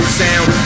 sound